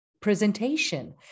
presentation